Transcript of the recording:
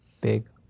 Big